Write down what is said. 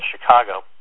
Chicago